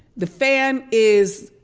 the fan is